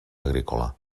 agrícola